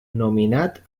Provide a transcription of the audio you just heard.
nominat